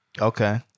Okay